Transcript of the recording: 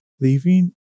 leaving